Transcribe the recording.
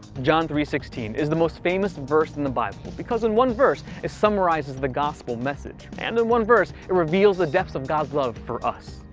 john three sixteen is the most famous verse in the bible because in one verse, it summarizes the gospel message, and in one verse, it reveals the depths of god's love for us.